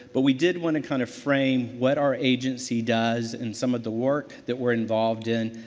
but we did want to kind of frame what our agency does and some of the work that we're involved in,